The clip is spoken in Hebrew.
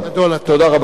תודה רבה.